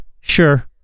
sure